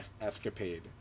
escapade